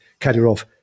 Kadyrov